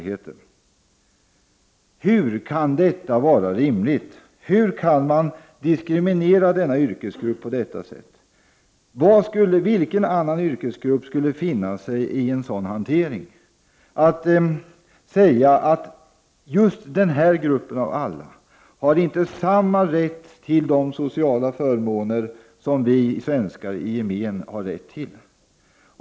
Hur kan detta vara rimligt? Hur kan man diskriminera denna yrkesgrupp på detta sätt? Vilken annan yrkesgrupp skulle finna sig i en sådan hantering? Denna grupp, av alla, skulle inte ha samma rätt till de sociala förmåner som vi svenskar i gemen har rätt till.